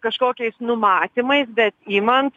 kažkokiais numatymais bet imant